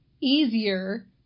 easier